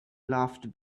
laughed